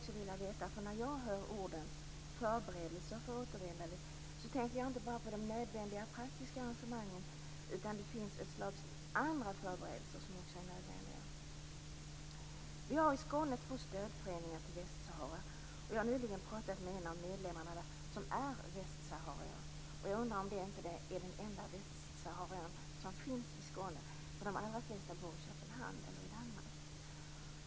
När jag hör orden "förberedelse för återvändande" tänker jag inte bara på de nödvändiga praktiska arrangemangen, utan det finns ett annat slags förberedelser som också är nödvändiga. Vi har i Skåne två stödföreningar till Västsahara, och jag har nyligen talat med en av medlemmarna som är västsaharier. Jag undrar om inte det är den enda västsaharier som finns i Skåne. De allra flesta bor i Köpenhamn eller i Danmark.